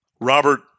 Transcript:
Robert